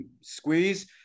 squeeze